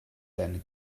then